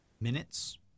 Minutes